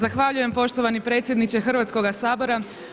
Zahvaljujem poštovani predsjedniče Hrvatskog sabora.